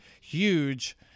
huge